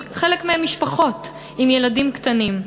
חלק מהם משפחות עם ילדים קטנים.